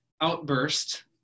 outburst